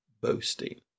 boasting